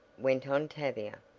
went on tavia,